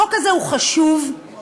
החוק הזה הוא חשוב כי,